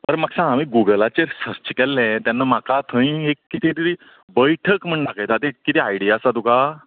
आनी म्हाका सांग हांवें गुगलाचेर सर्च केल्लें तेन्ना म्हाका थंय एक कितें तरी बैठक म्हण दाखयाता तें कितें आयडिया आसा तुका